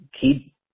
keep